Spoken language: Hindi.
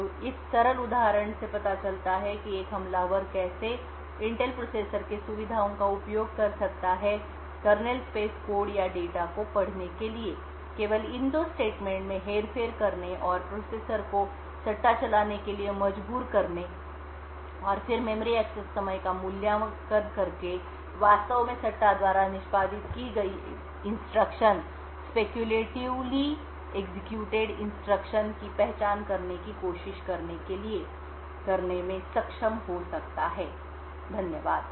तो इस सरल उदाहरण से पता चलता है कि एक हमलावर कैसे इंटेल प्रोसेसर के सुविधाओं का उपयोग कर सकता है कर्नेल स्पेस कोड या डेटा को पढ़ने के लिए केवल इन दो स्टेटमेंट में हेरफेर करने और प्रोसेसर को सट्टा चलाने के लिए मजबूर करने और फिर मेमोरी एक्सेस समय का मूल्यांकन करके वास्तव में सट्टा द्वारा निष्पादित की गई इंस्ट्रक्शन की पहचान करने की कोशिश करने के लिए करने में सक्षम हो सकता है धन्यवाद